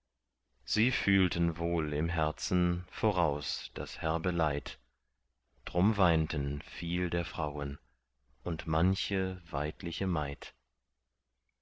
sie fühlten wohl im herzen voraus das herbe leid drum weinten viel der frauen und manche weidliche maid